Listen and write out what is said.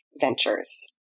Ventures